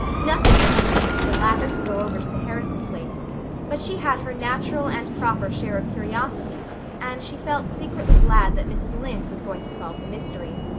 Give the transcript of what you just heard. nothing would have induced the latter to go over to the harrison place but she had her natural and proper share of curiosity and she felt secretly glad that mrs. lynde was going to solve the mystery.